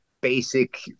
basic